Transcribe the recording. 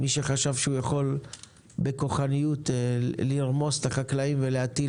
היה מי שחשב שהוא יכול לרמוס את החקלאים בכוחנות ולהטיל